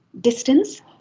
distance